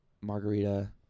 margarita